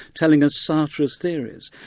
telling us sartre's theories.